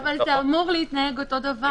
זה אמור להתנהג אותו דבר.